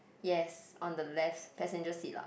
yes on the left passenger seat lah